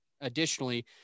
additionally